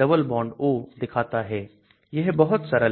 double bond O दिखाता है यह बहुत सरल है